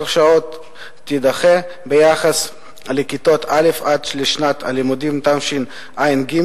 שעות תידחה ביחס לכיתות א' עד לשנת הלימודים תשע"ג,